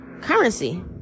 currency